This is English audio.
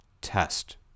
test